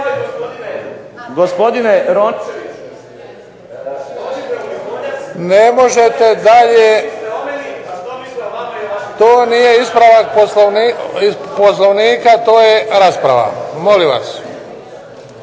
Luka (HDZ)** Ne možete dalje, to nije ispravak Poslovnika, to je rasprava, molim vas.